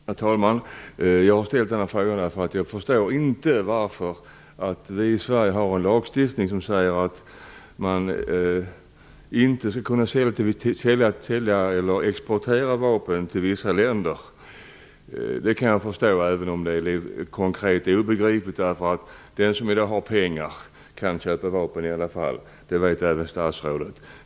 Herr talman! Jag har ställt den här frågan därför att jag förstår inte varför vi här i Sverige en sådan lagstiftning som vi har. Att man inte skall kunna exportera vapen till vissa länder kan jag förstå, även om det konkret är obegripligt. Den som har pengar kan i alla fall köpa vapen, det vet även statsrådet.